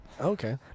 Okay